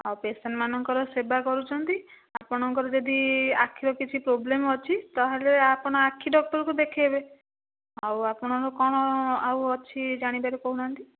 ଆଉ ପେସେଣ୍ଟମାନଙ୍କର ସେବା କରୁଛନ୍ତି ଆପଣଙ୍କର ଯଦି ଆଖିର କିଛି ପ୍ରୋବଲେମ୍ ଅଛି ତା'ହେଲେ ଆପଣ ଆଖି ଡକ୍ଟରଙ୍କୁ ଦେଖାଇବେ ଆଉ ଆପଣ କ'ଣ ଆଉ ଅଛି ଜାଣିବାର କହୁନାହାନ୍ତି